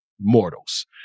mortals